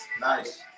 Nice